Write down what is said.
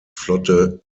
flotte